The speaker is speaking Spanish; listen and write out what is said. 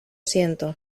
siento